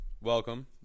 welcome